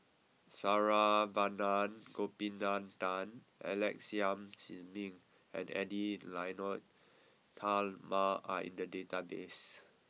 Saravanan Gopinathan Alex Yam Ziming and Edwy Lyonet Talma are in the database